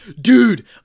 dude